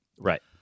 right